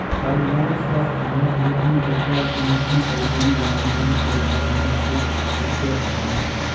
सार्वजनिक स्वास्थ्य महत्व के तीन प्रकार के मछली परजीवी राउंडवॉर्म, फ्लैटवर्म या फ्लूक और टैपवार्म है